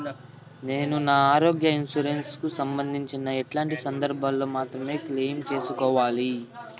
నేను నా ఆరోగ్య ఇన్సూరెన్సు కు సంబంధించి ఎట్లాంటి సందర్భాల్లో మాత్రమే క్లెయిమ్ సేసుకోవాలి?